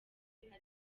ariko